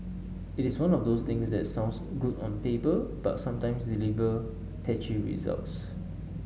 it is one of those things that sounds good on paper but sometimes deliver patchy results